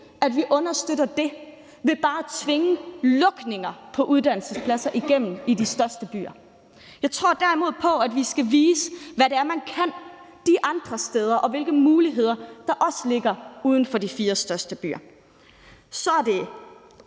at vi understøtter det ved bare at tvinge lukninger af uddannelsespladser igennem i de største byer. Jeg tror derimod på, at vi skal vise, hvad det er, man kan de andre steder, og hvilke muligheder der også ligger uden for de fire største byer. Så er det